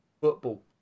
football